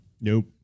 Nope